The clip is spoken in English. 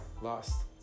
lost